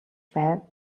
байв